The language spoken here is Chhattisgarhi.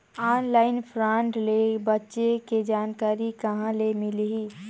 ऑनलाइन फ्राड ले बचे के जानकारी कहां ले मिलही?